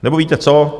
Nebo víte co?